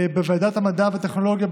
בוועדת המדע והטכנולוגיה,